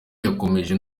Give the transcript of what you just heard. yakomeje